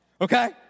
okay